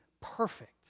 perfect